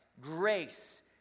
Grace